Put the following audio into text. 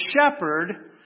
shepherd